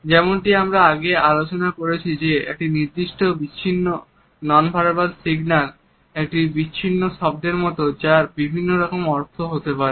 যেমনটি আমরা আগে আলোচনা করেছি যে একটি নির্দিষ্ট বিচ্ছিন্ন নন ভার্বাল সিগন্যাল একটি বিচ্ছিন্ন শব্দের মত যার বিভিন্ন রকম অর্থ হতে পারে